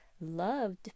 loved